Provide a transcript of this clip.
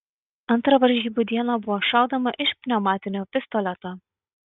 antrą varžybų dieną buvo šaudoma iš pneumatinio pistoleto